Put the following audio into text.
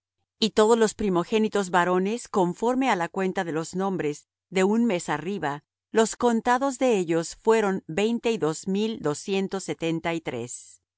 y todos los primogénitos varones conforme á la cuenta de los nombres de un mes arriba los contados de ellos fueron veinte y dos mil doscientos setenta y tres